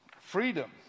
freedom